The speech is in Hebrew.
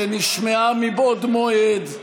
ונשמעה מבעוד מועד,